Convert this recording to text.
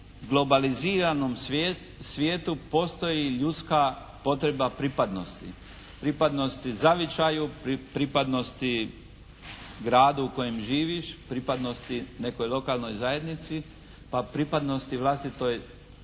globaliziranom svijetu postoji ljudska potreba pripadnosti, pripadnosti zavičaju, pripadnosti gradu u kojem živiš, pripadnosti nekoj lokalnoj zajednici, pa pripadnosti vlastitoj